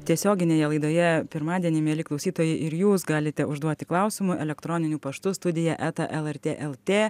tiesioginėje laidoje pirmadienį mieli klausytojai jūs galite užduoti klausimų elektroniniu paštu studija eta lrt lt